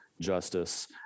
justice